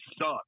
suck